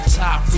top